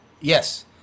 Yes